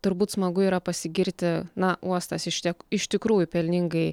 turbūt smagu yra pasigirti na uostas iš tiek iš tikrųjų pelningai